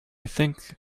think